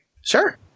Sure